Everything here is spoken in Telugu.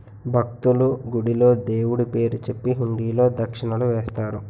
భక్తులు, గుడిలో దేవుడు పేరు చెప్పి హుండీలో దక్షిణలు వేస్తారు